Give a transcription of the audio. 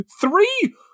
three